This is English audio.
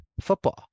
football